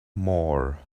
more